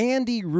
Andy